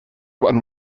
one